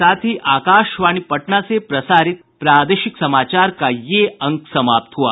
इसके साथ ही आकाशवाणी पटना से प्रसारित प्रादेशिक समाचार का ये अंक समाप्त हुआ